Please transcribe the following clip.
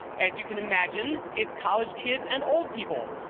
as you can imagine, it's college kids and old people.